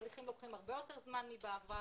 התהליכים לוקחים הרבה יותר זמן מהעבר.